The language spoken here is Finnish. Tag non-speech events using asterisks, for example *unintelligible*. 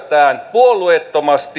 puolueettomasti *unintelligible*